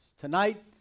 Tonight